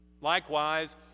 Likewise